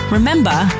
Remember